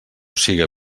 siga